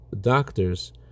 doctors